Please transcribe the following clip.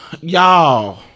y'all